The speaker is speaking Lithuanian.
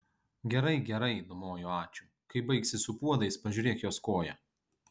gerai gerai numojo ačiū kai baigsi su puodais pažiūrėk jos koją